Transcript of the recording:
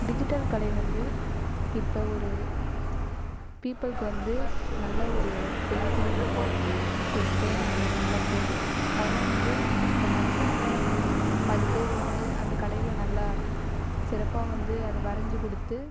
digital கலை வந்து இப்போ ஒரு பீப்புள்க்கு வந்து நல்ல ஒரு பெயின்டிங் வேணும் ஒரு ஃப்ரேம் வேணும் நல்ல ஃப்ரேம் அதெலாம் வந்து இப்போ மனுஷங்க பாதி பேர் வந்து அந்த கலையில் நல்லா சிறப்பாக வந்து அத வரைஞ்சு கொடுத்து